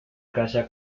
casa